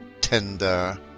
tender